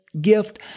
gift